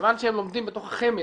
מכיוון שהם לומדים בתוך החמ"ד